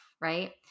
right